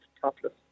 topless